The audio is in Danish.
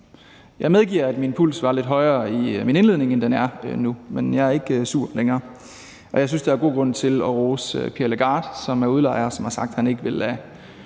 jeg medgiver, at min puls var lidt højere i min indledning, end den er nu, men jeg er ikke sur længere. Jeg synes, der er god grund til at rose Pierre Legarth, som er udlejer, og som har sagt, at han ikke vil lade